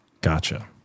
Gotcha